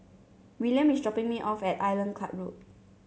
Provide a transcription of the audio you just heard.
William is dropping me off at Island Club Road